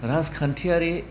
राजखान्थियारि